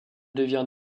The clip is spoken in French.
devient